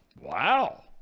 Wow